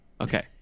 okay